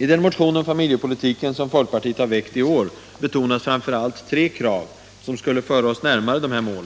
I den motion om familjepolitiken som folkpartiet har väckt i år betonas framför allt tre krav som skulle föra oss närmare dessa mål: